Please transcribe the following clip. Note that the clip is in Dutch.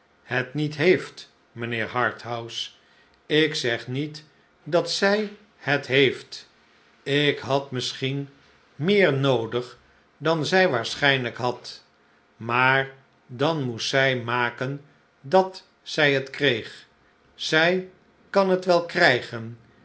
het niet heeft mijnheer harthouse ik zeg niet dat zij het heeft ik had misschien meer noodig dan zij waarschijnlijk had maar dan moest zij maken dat zij het kreeg zij kan het wel krijgen